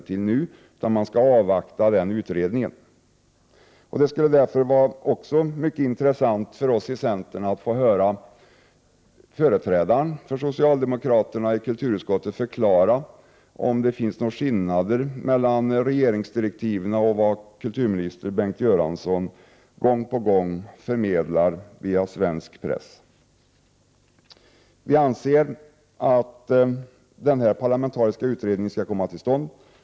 I stället skall man avvakta utredningen. Därför är vi i centern mycket intresserade av att få höra socialdemokraternas företrädare i kulturutskottet förklara skillnaderna mellan regeringsdirektiven och det som kulturminister Bengt Göransson gång på gång förmedlar via svensk press. Vi anser att den parlamentariska utredningen skall komma till stånd.